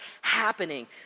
happening